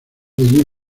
allí